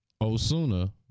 Osuna